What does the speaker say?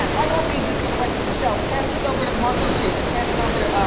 i won't need this for the rest of the show, pass this over to marco g and pass it over to